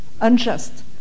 unjust